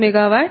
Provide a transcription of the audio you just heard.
0 p